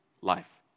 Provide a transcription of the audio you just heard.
life